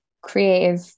creative